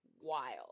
wild